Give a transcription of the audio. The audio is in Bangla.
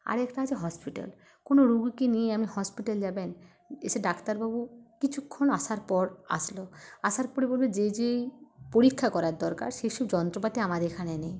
আরেকটা আছে হসপিটাল কোনো রুগীকে নিয়ে আপনি হসপিটাল যাবেন এসে ডাক্তারবাবু কিছুক্ষণ আসার পর আসল আসার পরে বলবে যে যে পরীক্ষা করার দরকার সেইসব যন্ত্রপাতি আমাদের এখানে নেই